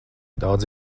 daudz